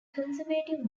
conservative